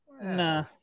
Nah